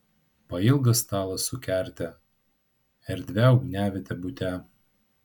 pailgas stalas su kerte erdvia ugniaviete bute